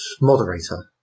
moderator